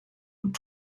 und